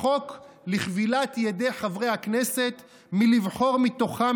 החוק לכבילת ידי חברי הכנסת מלבחור מתוכם